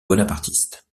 bonapartiste